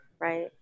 right